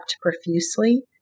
profusely